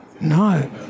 No